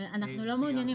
אבל אנחנו לא מעוניינים.